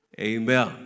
Amen